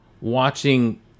watching